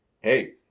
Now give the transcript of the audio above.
Hey